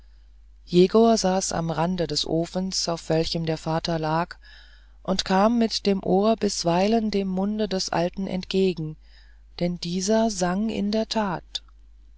jegor saß am rande des ofens auf welchem der vater lag und kam mit dem ohr bisweilen dem munde des alten entgegen denn dieser sang in der tat